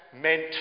meant